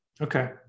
Okay